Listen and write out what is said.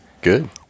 Good